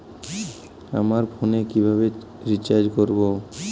আমার ফোনে কিভাবে রিচার্জ করবো?